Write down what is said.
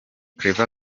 claver